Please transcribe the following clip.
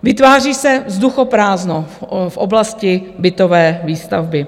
Vytváří se vzduchoprázdno v oblasti bytové výstavby.